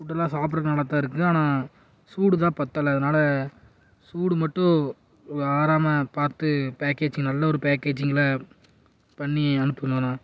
ஃபுட்டெல்லாம் சாப்பிட்றதுக்கு நல்லாதான் இருக்குது ஆனால் சூடுதான் பற்றல அதனால் சூடு மட்டும் ஆறாமல் பார்த்து பேக்கேஜிங் நல்ல ஒரு பேக்கேஜிங்கில் பண்ணி அனுப்புங்கண்ணா